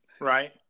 right